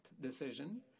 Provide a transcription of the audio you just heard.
decision